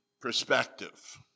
perspective